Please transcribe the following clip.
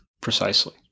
Precisely